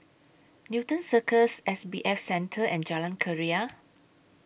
Newton Cirus S B F Center and Jalan Keria